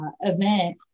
event